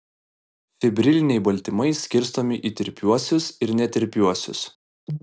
fibriliniai baltymai skirstomi į tirpiuosius ir netirpiuosius